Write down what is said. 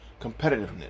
competitiveness